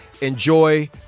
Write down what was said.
enjoy